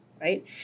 right